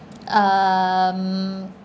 um